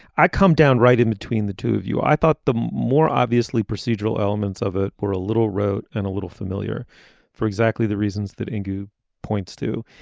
i come down right in between the two of you i thought the more obviously procedural elements of it were a little rote and a little familiar for exactly the reasons that and you points to